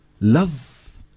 love